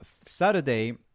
Saturday